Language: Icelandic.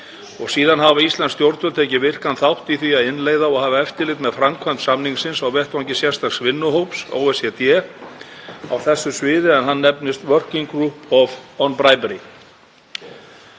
Síðan hafa íslensk stjórnvöld tekið virkan þátt í því að innleiða og hafa eftirlit með framkvæmd samningsins á vettvangi sérstaks vinnuhóps OECD á þessu sviði en hann nefnist Working Group on Bribery.